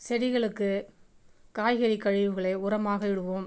செடிகளுக்கு காய்கறி கழிவுகளை உரமாக இடுவோம்